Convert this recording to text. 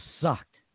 sucked